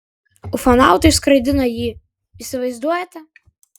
ufonautai išskraidina jį įsivaizduojate